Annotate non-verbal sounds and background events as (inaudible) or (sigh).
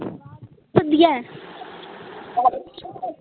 आवाज आवै दी ऐ (unintelligible)